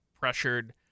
pressured